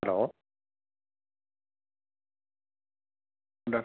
hello